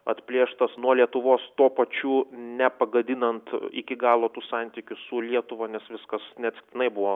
atplėštas nuo lietuvos tuo pačiu nepagadinant iki galo tų santykių su lietuva nes viskas neatsitiktinai buvo